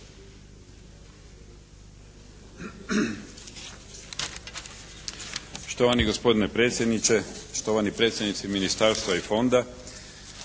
Štovani gospodine predsjedniče, štovani predstavnici ministarstva i fonda.